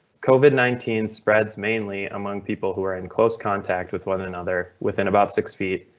covid nineteen spreads mainly among people who are in close contact with one another within about six feet.